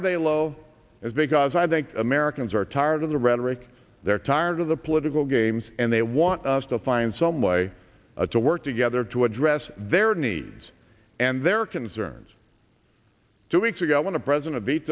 are they low is because i think americans are tired of the rhetoric they're tired of the political games and they want us to find some way to work together to address their needs and their concerns two weeks ago want to present a